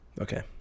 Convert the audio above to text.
okay